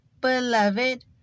beloved